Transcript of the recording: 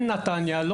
נהריה,